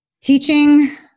teaching